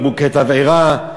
בקבוקי תבערה,